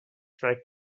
tried